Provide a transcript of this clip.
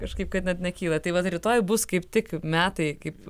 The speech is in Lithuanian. kažkaip kad net nekyla tai vat rytoj bus kaip tik metai kaip